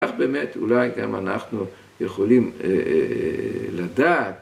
‫כך באמת אולי גם אנחנו ‫יכולים לדעת.